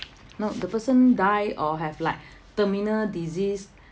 no the person die or have like terminal disease